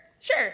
Sure